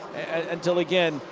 until, again,